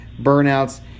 burnouts